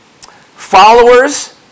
Followers